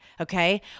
Okay